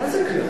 מה זה קנס?